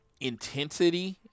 intensity